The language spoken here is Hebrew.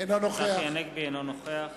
אינו נוכח